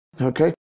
okay